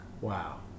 Wow